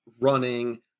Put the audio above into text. running